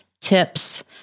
tips